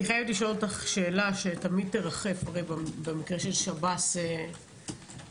אני חייבת לשאול אותך שאלה שתמיד תרחף במקרה של שב"ס על